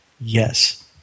yes